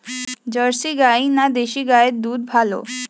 Jersey গাই না দেশী গাইয়ের দুধ ভালো?